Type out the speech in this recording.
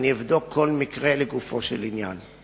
אבדוק כל מקרה לגופו של עניין.